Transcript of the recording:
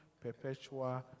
perpetual